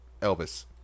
Elvis